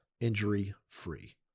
injury-free